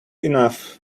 enough